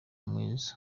mwiza